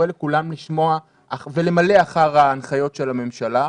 לכולם לשמוע ולמלא אחר ההנחיות של הממשלה.